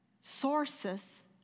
sources